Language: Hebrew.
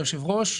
היושב-ראש,